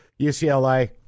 UCLA